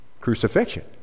Crucifixion